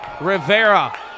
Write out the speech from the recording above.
Rivera